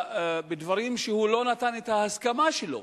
בדברים שהוא לא נתן את ההסכמה שלו.